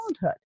childhood